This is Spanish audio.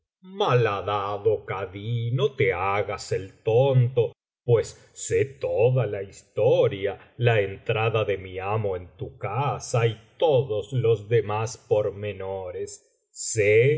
malhadado kadí no te hagas el tonto pues sé toda la historia la entrada de mi amo en tu casa y todos los demás pormenores sé